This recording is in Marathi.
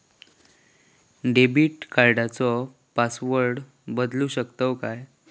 डेबिट कार्डचो पासवर्ड बदलु शकतव काय?